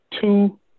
two